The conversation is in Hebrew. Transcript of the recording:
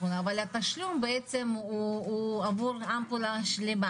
אבל התשלום הוא עבור שלמה.